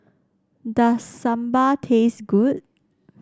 does Sambar taste good